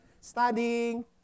studying